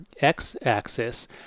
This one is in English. x-axis